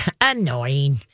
Annoying